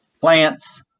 plants